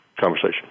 conversation